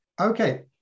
Okay